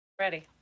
Ready